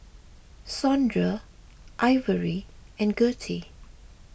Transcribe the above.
Saundra Ivory and Gertie